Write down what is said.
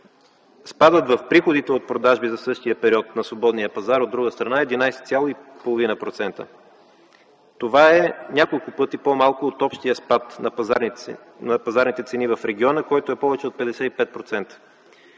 Спадът в приходите от продажби за същия период на свободния пазар, от друга страна, е 11,5%. Това е няколко пъти по-малко от общия спад на пазарните цени в региона, който е повече от 55%.